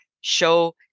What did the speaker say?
show